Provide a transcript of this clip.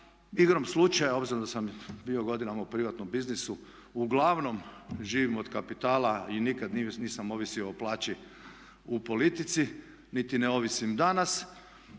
Igrom slučaja obzirom da sam bio godinama u privatnom biznisu uglavnom živim od kapitala i nikada nisam ovisio o plaći u politici niti ne ovisim danas.